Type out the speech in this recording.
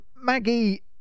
Maggie